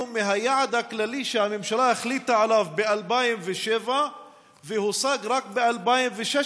מהיעד הכללי שהממשלה החליטה עליו ב-2007 והושג רק ב-2016,